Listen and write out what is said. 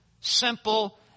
simple